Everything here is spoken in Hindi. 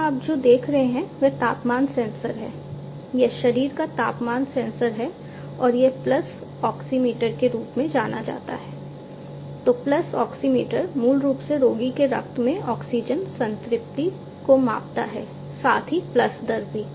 यहाँ आप जो देख रहे हैं वह तापमान सेंसर है यह शरीर का तापमान सेंसर है और यह पल्स ऑक्सीमीटर मूल रूप से रोगी के रक्त में ऑक्सीजन संतृप्ति को मापता है साथ ही पल्स दर भी